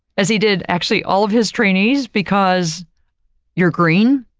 as he did actually all of his trainees because you're green.